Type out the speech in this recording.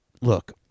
look